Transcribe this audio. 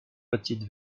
petite